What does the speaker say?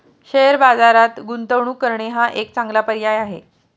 share बाजारात गुंतवणूक करणे हा एक चांगला पर्याय आहे